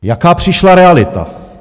Jaká přišla realita?